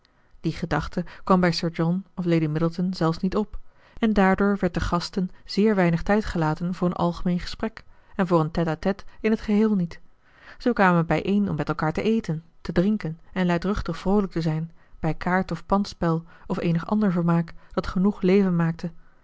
die gedachte kwam bij sir john of lady middleton zelfs niet op en daardoor werd den gasten zeer weinig tijd gelaten voor een algemeen gesprek en voor een tête à tête in het geheel niet zij kwamen bijeen om met elkaar te eten te drinken en luidruchtig vroolijk te zijn bij kaartof pandspel of eenig ander vermaak dat genoeg leven maakte